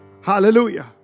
Hallelujah